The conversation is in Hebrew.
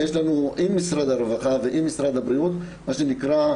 יש לנו עם משרד הרווחה ועם משרד הבריאות מה שנקרא,